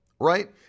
right